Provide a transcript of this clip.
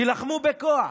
תילחמו בכוח.